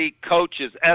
coaches